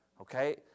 Okay